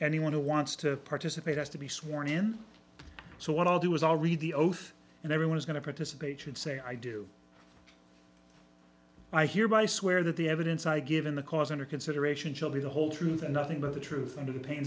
anyone who wants to participate has to be sworn in so what i'll do is all read the oath and everyone is going to participate should say i do i hereby swear that the evidence i give in the cause under consideration shall be the whole truth and nothing but the truth and of the pain